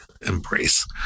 embrace